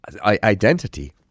identity